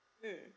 mm